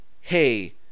hey